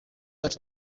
yacu